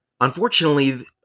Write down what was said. Unfortunately